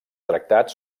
tractats